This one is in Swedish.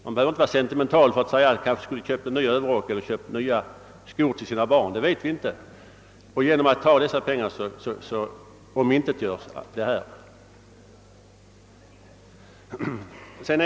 Man behöver inte vara sentimental för att säga att han kanske skulle ha köpt en ny överrock till sig själv eller nya skor till sina barn och att köpen nu omintetgörs genom att pengarna tas ifrån honom.